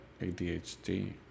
ADHD